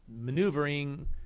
maneuvering